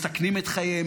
מסכנים את חייהם,